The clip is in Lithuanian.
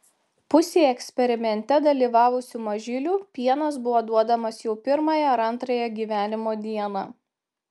pusei eksperimente dalyvavusių mažylių pienas buvo duodamas jau pirmąją ar antrąją gyvenimo dieną